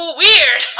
weird